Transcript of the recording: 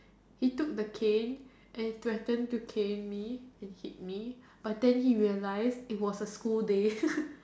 he took the cane and threatened to cane me and hit me but then he realized it was a school day